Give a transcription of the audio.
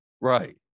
Right